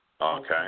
Okay